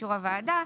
באישור הוועדה,